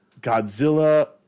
Godzilla